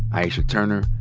aisha turner,